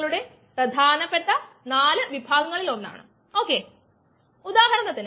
rcESk2ESVk3ESV ഇതാണ് ഉത്പാദന നിരക്ക് ഉപഭോഗ നിരക്ക്